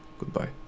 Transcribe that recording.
Goodbye